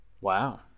Wow